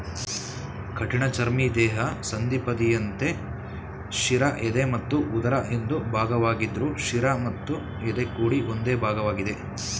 ಕಠಿಣಚರ್ಮಿ ದೇಹ ಸಂಧಿಪದಿಯಂತೆ ಶಿರ ಎದೆ ಮತ್ತು ಉದರ ಎಂದು ಭಾಗವಾಗಿದ್ರು ಶಿರ ಮತ್ತು ಎದೆ ಕೂಡಿ ಒಂದೇ ಭಾಗವಾಗಿದೆ